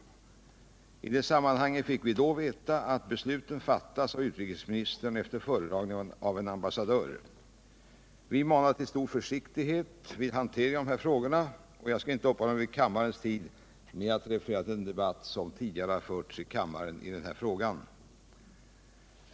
I det sammanhanget fick vi veta att besluten fattas av utrikesministern efter föredragning av en ambassadör. Vi manade till stor försiktighet vid hanterandet av dessa frågor, men jag skall inte ta kammarens tid i anspråk med att referera den debatt som tidigare förts i kammaren i denna fråga.